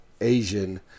Asian